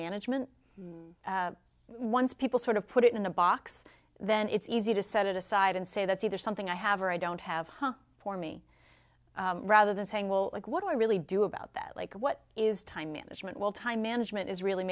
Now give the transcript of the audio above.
management once people sort of put it in a box then it's easy to set it aside and say that's either something i have or i don't have one for me rather than saying will like what i really do about that like what is time management well time management is really